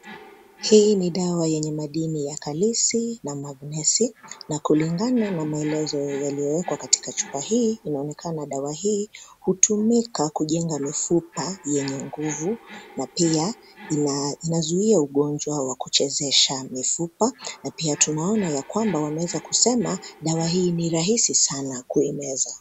Hii ni dawa yenye madini ya kalisi na magnesi, na kulingana na maelezo yaliyowekwa katika chupa hii inaonekana dawa hii, hutumika kujenga mifupa yenye nguvu, na pia, inazuia ugonjwa wa kuchezeka mifupa, na pia tunaona ya kwamba wameweza kusema, dawa hii ni rahisi sana kuimeza.